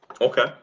okay